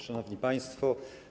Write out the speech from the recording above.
Szanowni Państwo!